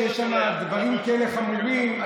שיש שם דברים כאלה חמורים,